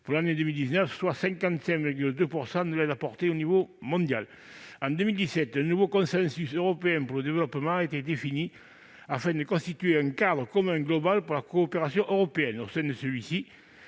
pour l'année 2019, soit 55,2 % de l'aide apportée au niveau mondial. En 2017, un nouveau consensus européen pour le développement a été défini, afin de constituer un cadre commun global pour la coopération européenne. Au sein de celui-ci,